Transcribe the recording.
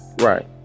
right